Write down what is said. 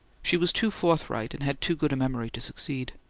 she was too forthright and had too good memory to succeed.